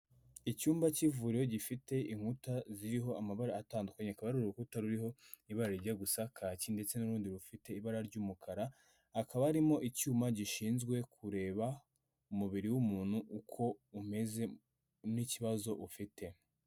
Icyumba cy'ivuriro gifite inkuta ziriho amabara atandukanye, hakaba hari urukuta ruriho ibara rijya gusa kaki ndetse n'urundi rufite ibara ry'umukara, hakaba harimo icyuma gishinzwe kureba umubiri w'umuntu uko umeze n'ikibazo ufite.